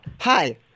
Hi